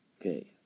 Okay